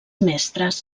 mestres